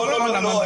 לא.